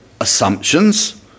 assumptions